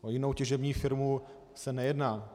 O jinou těžební firmu se nejedná.